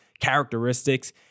characteristics